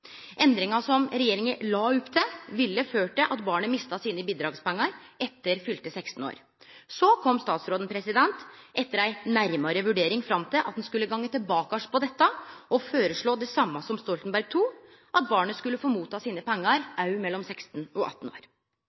som regjeringa la opp til, ville ha ført til at barnet mista bidragspengane sine etter fylte 16 år. Så kom statsråden – etter ei nærmare vurdering – fram til at ein skulle gå tilbake på dette og føreslå det same som Stoltenberg II, at barnet skulle få pengane sine òg i tida mellom 16 og 18 år.